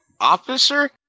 Officer